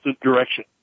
direction